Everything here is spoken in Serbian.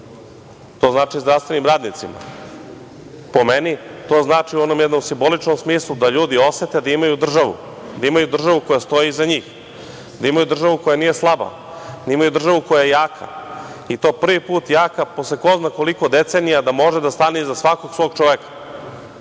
To znači i zdravstvenim radnicima. Po meni, to znači u onom jednom simboličnom smislu da ljudi osete da imaju državu, da imaju državu koja stoji iza njih, da imaju državu koja nije slaba, da imaju državu koja je jaka, i to prvi put jaka posle ko zna koliko decenija da može da stane iza svakog svog čoveka